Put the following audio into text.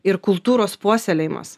ir kultūros puoselėjimas